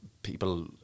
people